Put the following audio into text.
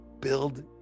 build